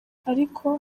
ariko